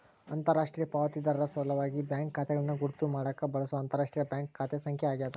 ಅಂತರರಾಷ್ಟ್ರೀಯ ಪಾವತಿದಾರರ ಸಲ್ವಾಗಿ ಬ್ಯಾಂಕ್ ಖಾತೆಗಳನ್ನು ಗುರುತ್ ಮಾಡಾಕ ಬಳ್ಸೊ ಅಂತರರಾಷ್ಟ್ರೀಯ ಬ್ಯಾಂಕ್ ಖಾತೆ ಸಂಖ್ಯೆ ಆಗ್ಯಾದ